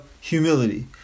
humility